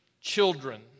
children